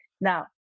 Now